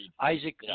Isaac